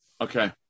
okay